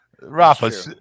Rafa